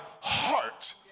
heart